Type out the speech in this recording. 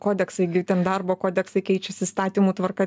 kodeksai gi ten darbo kodeksai keičiasi įstatymų tvarka